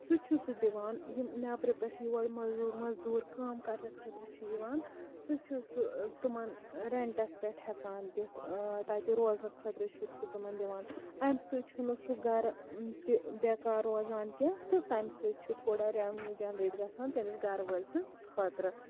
سُہ چھُ سُہ دِوان یِم نیٚبرٕ پٮ۪ٹھ یِم یور مزدوٗر یور کٲم کرنہٕ خٲطرٕ چھِ یِوان سُہ چھُ سُھ تِمن رینٹَس پٮ۪ٹھ ہٮ۪کان دِتھ تَتہِ روزنہٕ خٲطرٕ چھُ سُہ تِمن دِوان اَمہِ سۭتۍ چھُنہٕ سُہ گرٕ تہِ بیٚکار روزان کیٚنہہ تہٕ تَمہِ سۭتۍ چھُ تھوڑا ریونوٗ جینریٹ گژھان تٔمِس گرٕ وٲلۍ سٕندۍ خٲطرٕ